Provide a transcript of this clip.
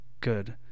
good